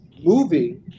movie